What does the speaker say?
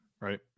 right